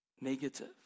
Negative